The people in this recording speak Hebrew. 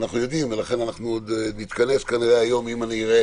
לכן אולי נתכנס כאן היום שוב, אם אני אראה